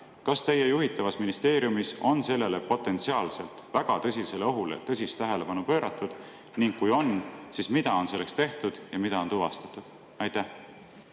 kas teie juhitavas ministeeriumis on sellele potentsiaalselt väga tõsisele ohule tõsist tähelepanu pööratud. Kui on, siis mida on selleks tehtud ja mida on tuvastatud? Suur